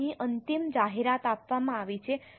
હવે અહીં અંતિમ જાહેરાત આપવામાં આવી છે